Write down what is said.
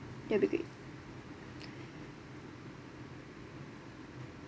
that’ll be great